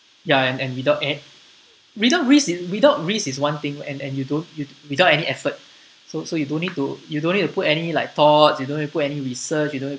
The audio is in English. ya an~ and without end without risk in without risk is one thing and and you don't you do without any effort so so you don't need to you don't need to put any like thoughts you don't you put any research you no need